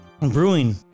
Brewing